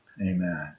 Amen